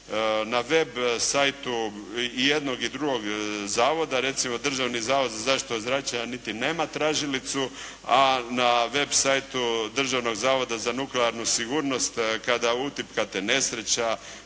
Na web siteu i jednog i drugog zavoda, recimo Državni zavod za zaštitu od zračenja niti nema tražilicu a na web siteu Državnog zavoda za nuklearnu sigurnost kada utipkate nesreća